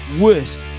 worst